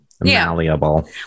Malleable